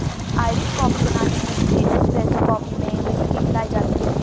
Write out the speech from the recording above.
Irish coffee बनाने के लिए एस्प्रेसो कॉफी में व्हिस्की मिलाई जाती है